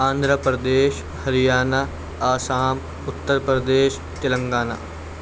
Andhra Pradesh Haryana Assam Uttar Pradesh Telangana